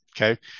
Okay